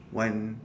one